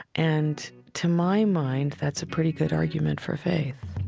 and to my mind, that's a pretty good argument for faith